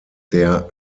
der